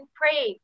pray